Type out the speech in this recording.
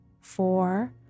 four